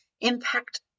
impact